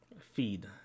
Feed